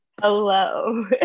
Hello